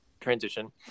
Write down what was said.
transition